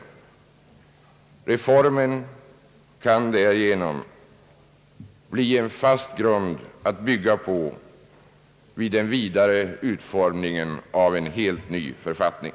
Reformen kan därigenom bli en fast grund att bygga på vid den fortsatta utformningen av en helt ny författning.